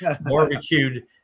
Barbecued